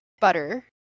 butter